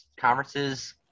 conferences